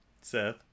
Seth